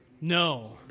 No